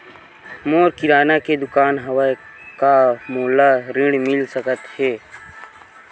मोर किराना के दुकान हवय का मोला ऋण मिल सकथे का?